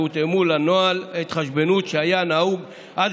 שהותאמו לנוהל ההתחשבנות שהיה נהוג עד